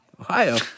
Ohio